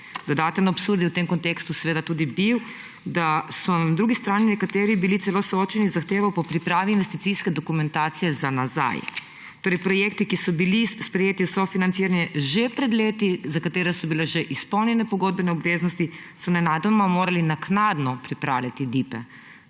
Dodaten absurd je v tem kontekstu seveda tudi bil, da so na drugi strani nekateri bili celo soočeni z zahtevo po pripravi investicijske dokumentacije za nazaj. Torej, projekti, ki so bili sprejeti, sofinancirani že pred leti, za katere so bile že izpolnjene pogodbene obveznosti, so nenadoma morali naknadno pripravljati